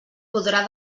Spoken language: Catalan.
podrà